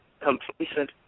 complacent